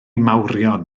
mawrion